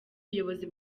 ubuyobozi